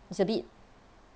it's a bit